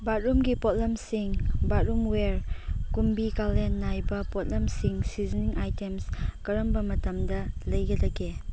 ꯕꯥꯠꯔꯨꯝꯒꯤ ꯄꯣꯠꯂꯝꯁꯤꯡ bathroom ware ꯀꯨꯝꯕꯤ ꯀꯥꯂꯦꯟ ꯅꯥꯏꯕ ꯄꯣꯠꯂꯝꯁꯤꯡ ꯁꯤꯖꯅꯤꯡ ꯑꯥꯏꯇꯦꯝꯁ ꯀꯔꯝꯕ ꯃꯇꯝꯗ ꯂꯩꯒꯗꯒꯦ